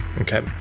Okay